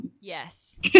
Yes